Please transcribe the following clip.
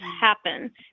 happen